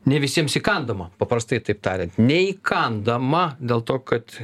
ne visiems įkandama paprastai taip tariant neįkandama dėl to kad